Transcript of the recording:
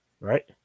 right